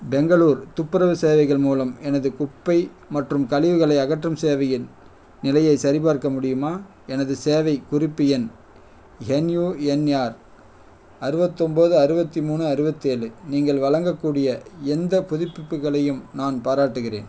பெங்களூர் துப்புரவு சேவைகள் மூலம் எனது குப்பை மற்றும் கழிவுகளை அகற்றும் சேவையின் நிலையைச் சரிபார்க்க முடியுமா எனது சேவை குறிப்பு எண் என்யுஎன்ஆர் அறுவத்தொம்பது அறுபத்தி மூணு அறுவத்தேழு நீங்கள் வழங்கக்கூடிய எந்த புதுப்பிப்புகளையும் நான் பாராட்டுகிறேன்